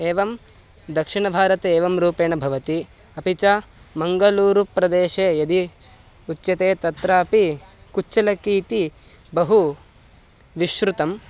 एवं दक्षिणभारते एवं रूपेण भवति अपि च मङ्गलूरुप्रदेशे यदि उच्यते तत्रापि कुच्चलक्की इति बहु विश्रुतम्